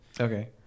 Okay